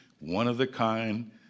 one-of-the-kind